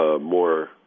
more